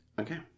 Okay